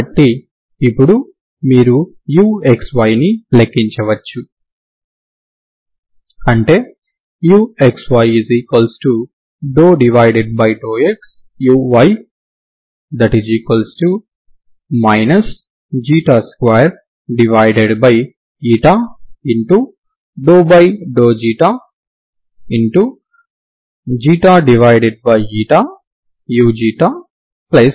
కాబట్టి ఇప్పుడు మీరు uxy ని లెక్కించవచ్చు అంటే uxy∂xuy 2uu